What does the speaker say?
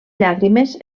llàgrimes